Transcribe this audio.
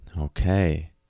Okay